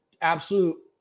absolute –